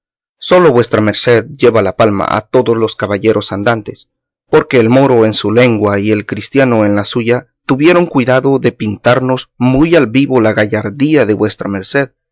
solo vuestra merced lleva la palma a todos los caballeros andantes porque el moro en su lengua y el cristiano en la suya tuvieron cuidado de pintarnos muy al vivo la gallardía de vuestra merced